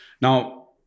Now